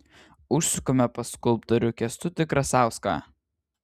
užsukame pas skulptorių kęstutį krasauską